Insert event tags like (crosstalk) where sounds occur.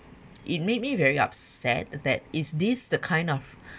it made me very upset that is this the kind of (breath)